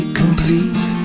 complete